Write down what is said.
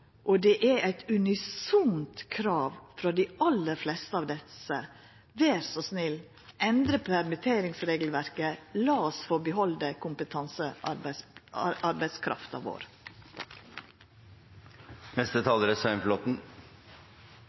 og det er eit unisont krav frå dei aller fleste av desse: Ver så snill, endra permitteringsregelverket, lat oss få behalda kompetansearbeidskrafta vår.